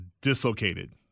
dislocated